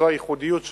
זו הייחודיות שלו,